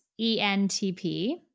ENTP